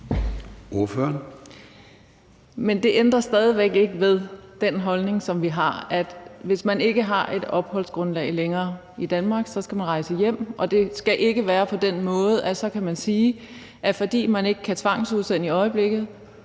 Det ændrer stadig væk ikke ved den holdning, som vi har, nemlig at hvis man ikke længere har et opholdsgrundlag i Danmark, skal man rejse hjem, og at det ikke skal være på den måde, at man, fordi man ikke kan tvangsudsendes i øjeblikket,